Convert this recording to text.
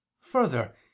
Further